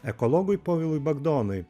ekologui povilui bagdonui